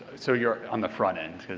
so you are on the front end,